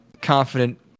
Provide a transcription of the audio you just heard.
confident